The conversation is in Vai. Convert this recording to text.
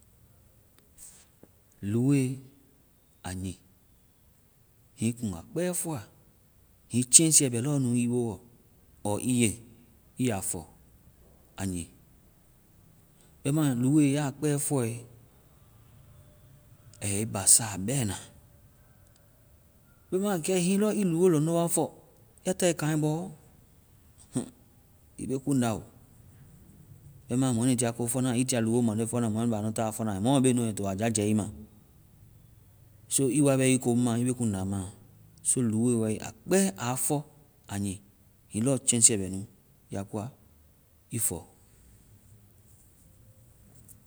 Luuwoe a nyii hiŋi ii kuŋ a kpɛ fɔa. Hiŋi chɛŋsiiɛ bɛ lɔ nu ii boɔ, orɔɔ ii ye, ii ya fɔ. A nyii. Bɛma luuwoe, ya kpɛ fɔe, a yɛ ii basa bɛna. Bɛma kɛ hiŋi ii lɔ ii luuwo lɔŋdɔ wa fɔ, ya tae kaŋɛ bɔ, hm. Ii be kuŋda o. Bɛma mɔɛ nui tia kɔ fɔna, ii tia luuwo maŋde fɔna. Mɔɛ nu bɛ anu ta fɔna. Mɔomɔ be nu ai to a jajɛ ii ma. ɔɔ ii wa bɛ ii ko mu ma, ii be kuŋda ma. So luuwoe wae a kpɛ, a fɔ, a nyii. Hiŋi lɔ chɛŋsiiɛ bɛ nu ya koa, ii fɔ.